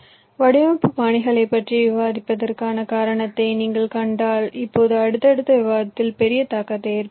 வடிவமைப்பு பாணிகளைப் பற்றி விவாதிப்பதற்கான காரணத்தை நீங்கள் கண்டால் இப்போது அடுத்தடுத்த விவாதத்தில் பெரிய தாக்கத்தை ஏற்படுத்தும்